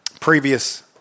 previous